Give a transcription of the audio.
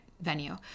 venue